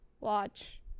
watch